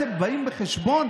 לנו מצווה להכיר טובה.